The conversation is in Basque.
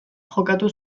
jokatu